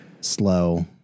slow